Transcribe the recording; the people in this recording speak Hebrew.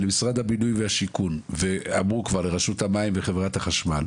למשרד הבינוי והשיכון ואמרו כבר לרשות המים וחברת החשמל,